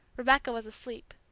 rebecca was asleep.